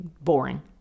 boring